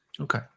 Okay